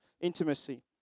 intimacy